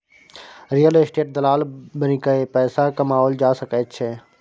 real estate दलाल बनिकए पैसा कमाओल जा सकैत छै